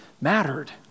mattered